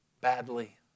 badly